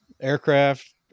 aircraft